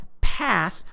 path